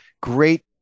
great